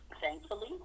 Thankfully